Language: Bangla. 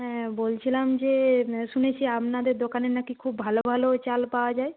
হ্যাঁ বলছিলাম যে শুনেছি আপনাদের দোকানে না কি খুব ভালো ভালো চাল পাওয়া যায়